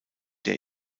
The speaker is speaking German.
der